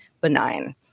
benign